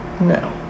no